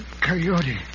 Coyote